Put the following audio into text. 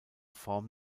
form